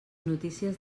notícies